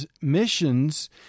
missions